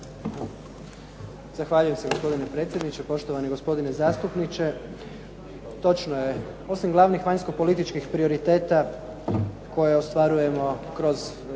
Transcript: Zahvaljujem se gospodine predsjedniče. Poštovani gospodine zastupniče točno je, osim glavnih vanjsko-političkih prioriteta koje ostvarujemo kroz